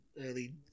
early